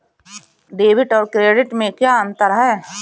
Debit और credit में क्या अंतर है?